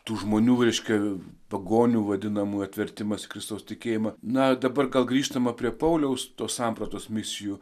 tų žmonių reiškia pagonių vadinamųjų atvertimas į kristaus tikėjimą na dabar grįžtama prie pauliaus tos sampratos misijų